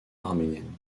arménienne